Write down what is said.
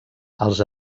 els